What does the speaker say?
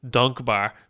dankbaar